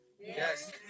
Yes